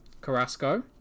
Carrasco